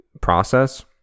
process